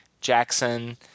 Jackson